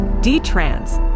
D-trans